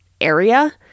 area